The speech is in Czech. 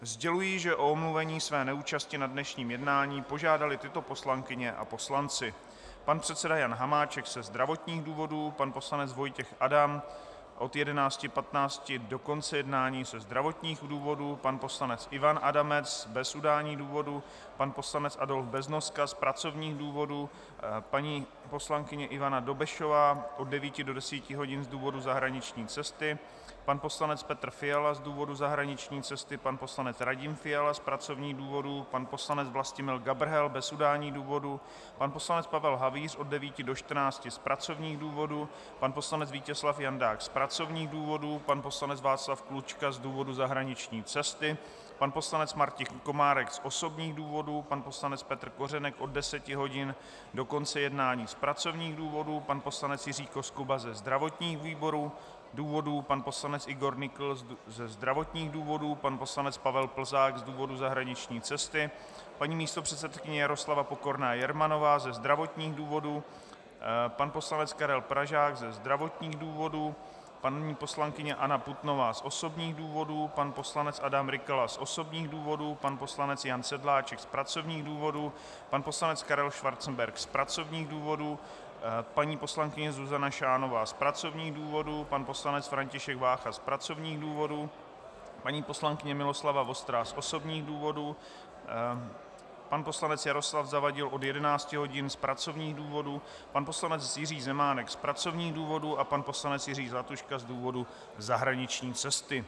Sděluji, že o omluvení své neúčasti na dnešním jednání požádali tyto poslankyně a poslanci: pan předseda Jan Hamáček ze zdravotních důvodů, pan poslanec Vojtěch Adam od 11.15 do konce jednání ze zdravotních důvodů, pan poslanec Ivan Adamec bez udání důvodu, pan poslanec Adolf Beznoska z pracovních důvodů, paní poslankyně Ivana Dobešová od 9 do 10 hodin z důvodu zahraniční cesty, pan poslanec Petr Fiala z důvodu zahraniční cesty, pan poslanec Radim Fiala z pracovních důvodů, pan poslanec Vlastimil Gabrhel bez udání důvodu, pan poslanec Pavel Havíř od 9 do 14 hodin z pracovních důvodů, pan poslanec Vítězslav Jandák z pracovních důvodů, pan poslanec Václav Klučka z důvodu zahraniční cesty, pan poslanec Martin Komárek z osobních důvodů, pan poslanec Petr Kořenek od 10 hodin do konce jednání z pracovních důvodů, pan poslanec Jiří Koskuba ze zdravotních důvodů, pan poslanec Igor Nykl ze zdravotních důvodů, pan poslanec Pavel Plzák z důvodu zahraniční cesty, paní místopředsedkyně Jaroslava Pokorná Jermanová ze zdravotních důvodů, pan poslanec Karel Pražák ze zdravotních důvodů, paní poslankyně Anna Putnová z osobních důvodů, pan poslanec Adam Rykala z osobních důvodů, pan poslanec Jan Sedláček z pracovních důvodů, pan poslanec Karel Schwarzenberg z pracovních důvodů, paní poslankyně Zuzana Šánová z pracovních důvodů, pan poslanec František Vácha z pracovních důvodů, paní poslankyně Miloslava Vostrá z osobních důvodů, pan poslanec Jaroslav Zavadil od 11 hodin z pracovních důvodů, pan poslanec Jiří Zemánek z pracovních důvodů, pan poslanec Jiří Zlatuška z důvodu zahraniční cesty.